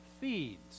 feeds